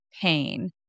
Pain